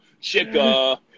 Chica